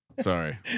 Sorry